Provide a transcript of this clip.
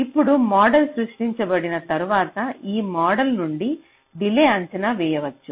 ఇప్పుడు మోడల్ సృష్టించబడిన తర్వాత ఈ మోడల్ నుండి డిలే అంచనా వేయవచ్చు